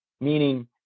meaning